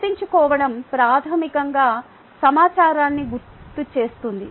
గుర్తుంచుకోవడం ప్రాథమికంగా సమాచారాన్ని గుర్తుచేస్తుంది